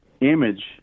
image